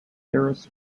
harris